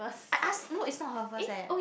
I ask no it's not her first eh